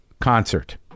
concert